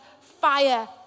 fire